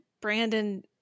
Brandon